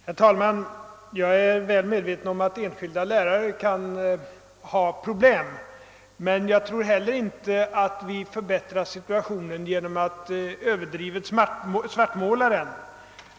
Herr talman! Jag är väl medveten om att enskilda lärare kan ha problem, men jag tror inte att vi förbättrar situationen genom att svartmåla den.